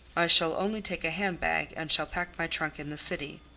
i shall only take a hand-bag, and shall pack my trunk in the city.